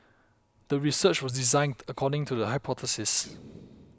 the research was designed according to the hypothesis